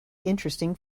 interesting